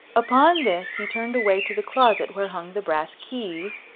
upon this, he turned away to the closet where hung the brass keys,